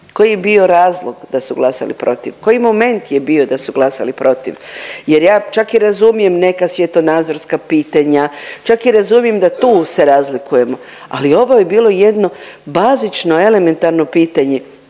koji je bio razlog da su glasale protiv, koji moment je bio da su glasali protiv jer ja čak i razumijem neka svjetonazorska pitanja, čak i razumijem da i tu se razlikujemo, ali ovo je bilo jedno bazično elementarno pitanje.